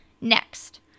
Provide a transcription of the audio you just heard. Next